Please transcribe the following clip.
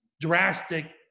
drastic